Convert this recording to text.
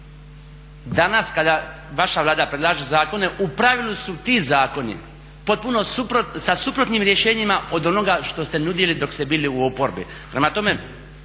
Danas kada vaša Vlada predlaže zakone u pravilu su ti zakoni sa suprotnim rješenjima od onoga što ste nudili dok ste bili u oporbi. Prema tome,